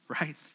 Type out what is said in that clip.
right